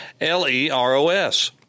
L-E-R-O-S